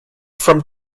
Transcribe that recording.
from